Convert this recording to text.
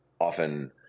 often